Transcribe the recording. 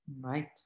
Right